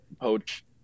poach